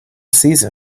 season